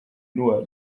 n’uwa